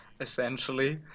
Essentially